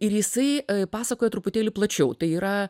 ir jisai pasakoja truputėlį plačiau tai yra